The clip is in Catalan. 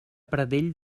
pradell